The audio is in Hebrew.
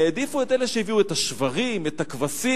הם העדיפו את אלה שהביאו את השוורים, את הכבשים,